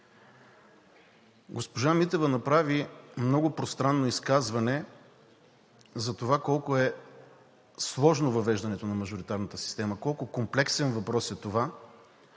Госпожа Митева направи много пространно изказване за това колко е сложно въвеждането на мажоритарната система, колко комплексен въпрос е това,